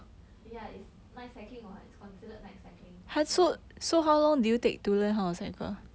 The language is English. ya it's night cycling what it's considered night cycling so